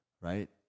Right